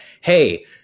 Hey